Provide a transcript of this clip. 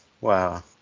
wow